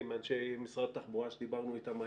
מאנשי משרד התחבורה שדיברנו איתם היום,